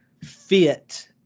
fit